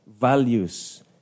values